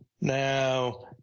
Now